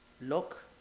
look